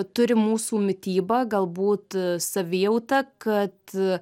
turi mūsų mityba galbūt savijauta kad